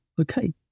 okay